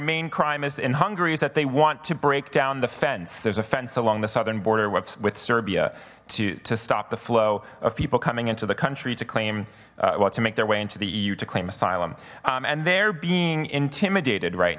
main crime is in hungary's that they want to break down the fence there's a fence along the southern border whoops with serbia to stop the flow of people coming into the country to claim well to make their way into the eu to claim asylum and they're being intimidated right